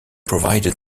provided